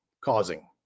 causing